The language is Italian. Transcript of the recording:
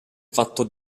fatto